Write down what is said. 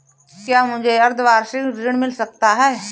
क्या मुझे अर्धवार्षिक ऋण मिल सकता है?